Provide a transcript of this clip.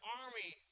army